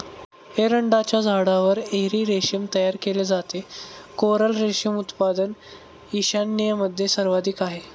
एरंडाच्या झाडावर एरी रेशीम तयार केले जाते, कोरल रेशीम उत्पादन ईशान्येमध्ये सर्वाधिक आहे